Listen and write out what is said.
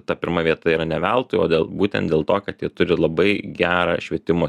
ta pirma vieta yra ne veltui o būtent dėl to kad ji turi labai gerą švietimo sistemą